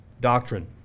doctrine